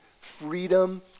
freedom